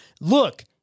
Look